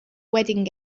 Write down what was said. wedding